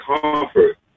comfort